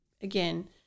again